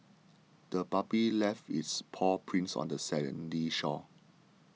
the puppy left its paw prints on the sandy shore